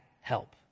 help